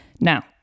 Now